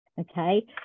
okay